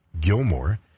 Gilmore